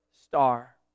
star